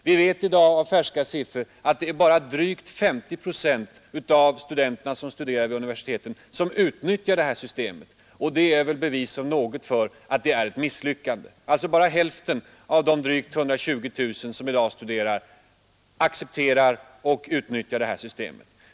Av färska siffror vet vi i dag att det bara är drygt 50 procent av de studenter som studerar vid universiteten som utnyttjar systemet, och det är väl om något ett bevis för att det är ett misslyckande. Det är alltså bara hälften av de drygt 120 000, som i dag studerar, som accepterat och utnyttjar systemet.